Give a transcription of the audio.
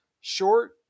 Short